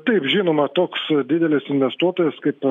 taip žinoma toks didelis investuotojas kaip